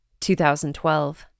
2012